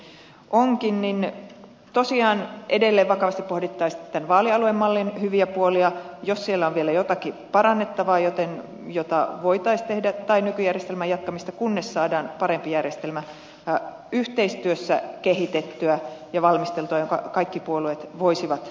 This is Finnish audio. sitten milloinka tämä äänestys onkin niin tosiaan edelleen vakavasti pohdittaisiin tämän vaalialuemallin hyviä puolia jos siellä on vielä jotakin parannettavaa mitä voitaisiin tehdä tai nykyjärjestelmän jatkamista kunnes saadaan yhteistyössä kehitettyä ja valmisteltua parempi järjestelmä jonka kaikki puolueet voisivat hyväksyä